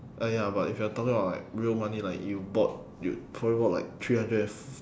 uh ya but if you're talking about like real money like you bought you probably bought like three hundred and f~